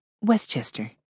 Westchester